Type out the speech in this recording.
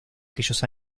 aquellos